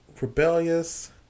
rebellious